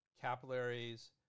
capillaries